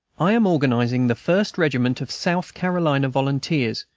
i am organizing the first regiment of south carolina volunteers,